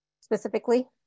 specifically